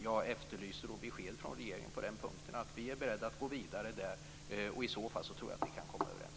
Jag efterlyser besked från regeringen på den punkten, att ni är beredda att gå vidare. I så fall tror jag att vi kan komma överens.